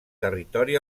territori